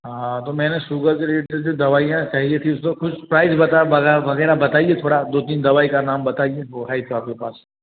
हाँ तो मैंने शुगर के रिलेटेड से दवाइयाँ चाहिए थी उसका कुछ प्राइज़ वग़ैरह बताइए थोड़ा दो तीन दवाई का नाम बताइए वो है तो आपके पास